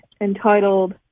entitled